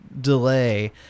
delay